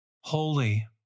holy